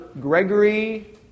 Gregory